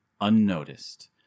unnoticed